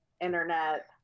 internet